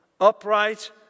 upright